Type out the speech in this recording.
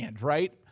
right